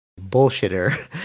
bullshitter